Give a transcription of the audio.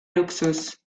luxus